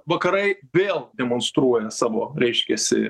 vakarai vėl demonstruoja savo reiškiasi